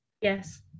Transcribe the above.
Yes